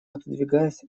отодвигаясь